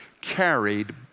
carried